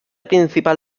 principal